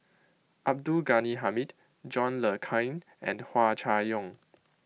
Abdul Ghani Hamid John Le Cain and Hua Chai Yong